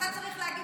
אתה צריך להגיד,